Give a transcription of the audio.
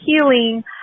healing